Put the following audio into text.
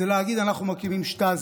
זה להגיד: אנחנו מקימים שטאזי,